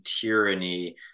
tyranny